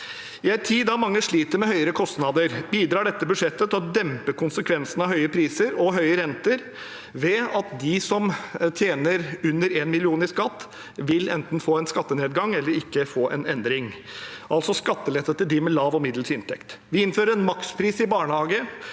I en tid da mange sliter med høyere kostnader, bidrar dette budsjettet til å dempe konsekvensene av høye priser og høye renter ved at de som tjener under 1 mill. kr, enten vil få en skattenedgang eller ikke få en endring – altså skattelette til dem med lav og middels inntekt. Vi innfører en makspris i barnehage